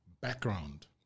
background